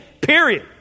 Period